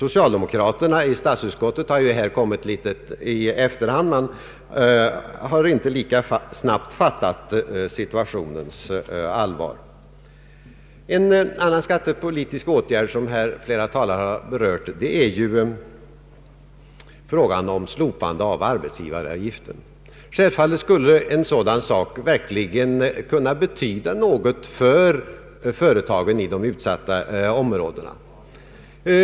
Socialdemokraterna i statsutskottet har här kommit på efterkälken, de har inte lika snabbt fattat situationens allvar. En annan skattepolitisk åtgärd som ett flertal talare har berört är slopandet av arbetsgivaravgiften. Självfallet skulle en sådan åtgärd betyda mycket för företagen i de utsatta områdena.